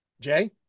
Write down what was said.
Jay